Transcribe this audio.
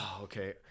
Okay